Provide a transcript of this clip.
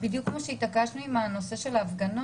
בדיוק כמו שהתעקשנו עם הנושא של ההפגנות